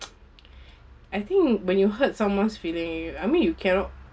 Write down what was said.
I think when you hurt someone's feeling I mean you cannot